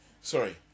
Sorry